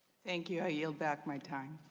thank you, i yield back my time.